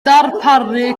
darparu